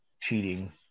cheating